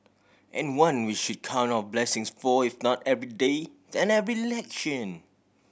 and one we should count our blessings for if not every day than every election